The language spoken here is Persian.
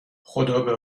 خدابه